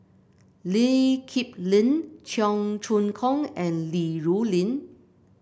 Lee Kip Lin Cheong Choong Kong and Li Rulin